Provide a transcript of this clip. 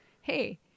hey